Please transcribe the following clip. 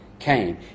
came